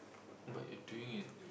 but you're doing it